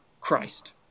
Christ